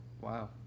Wow